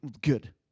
good